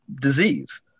disease